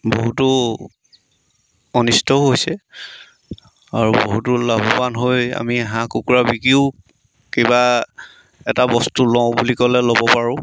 বহুতো অনিষ্টও হৈছে আৰু বহুতো লাভৱান হৈ আমি হাঁহ কুকুৰা বিকিও কিবা এটা বস্তু লওঁ বুলি ক'লে ল'ব পাৰোঁ